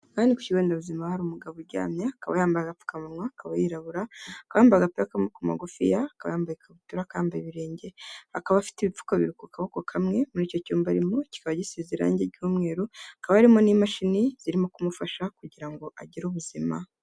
Aha ni ku kigonderabuzima hari umugabo uryamye, akaba yambaye agapfukamunwa, akaba yirabura, akaba yambaye agapira k'amaboko magufiya, akaba yambaye ikabutura, akaba yambaye ibirenge, akaba afite ibipfuko bibiri ku kaboko kamwe, muri icyo cyumba arimo kikaba gisize irangi ry'umweru, hakaba harimo n'imashini zirimo kumufasha kugira ngo agire ubuzima.